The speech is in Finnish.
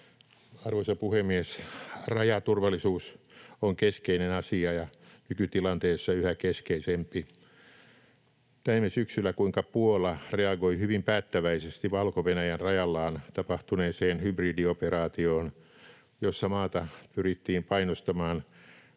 Arvoisa puhemies! Rajaturvallisuus on keskeinen asia ja nykytilanteessa yhä keskeisempi. Näimme syksyllä, kuinka Puola reagoi hyvin päättäväisesti Valko-Venäjän rajallaan tapahtuneeseen hybridioperaatioon, jossa maata pyrittiin painostamaan